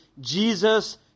Jesus